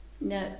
no